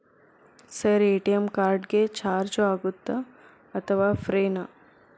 Sir ATM card ಗೆ charge ಆಗುತ್ತಾ ಅಥವಾ ಫ್ರೇ ನಾ?